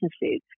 businesses